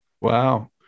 Wow